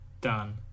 Done